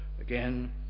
Again